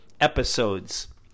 episodes